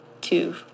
two